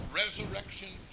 resurrection